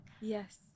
yes